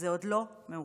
זה עוד לא מאוחר.